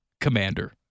Commander